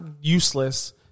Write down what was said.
useless